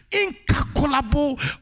incalculable